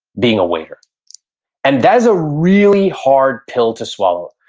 being aware. and that's a really hard pill to swallow,